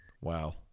Wow